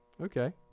okay